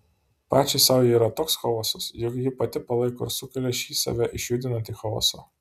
pačiai sau ji yra toks chaosas juk ji pati palaiko ir sukelia šį save išjudinantį chaosą